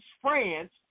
France